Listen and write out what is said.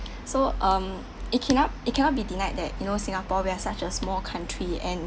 so um it cannot it cannot be denied that you know singapore we are such a small country and